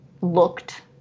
looked